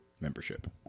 membership